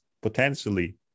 potentially